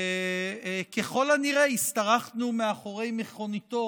וככל הנראה השתרכנו מאחורי מכוניתו